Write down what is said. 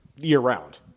year-round